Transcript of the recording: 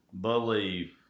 believe